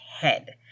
head